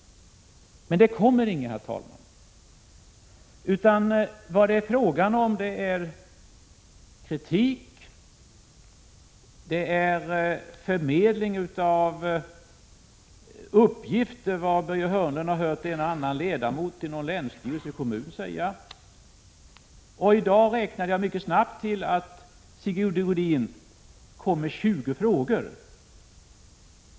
Men det kommer inga. Det är bara fråga om kritik och förmedling av uppgifter från Börje Hörnlund om vad han hört en och annan ledamot i en länsstyrelse eller kommunstyrelse säga. Och i dag räknade jag mycket snabbt till att Sigge Godin kom med 20 frågor.